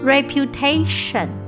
Reputation